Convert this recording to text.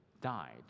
died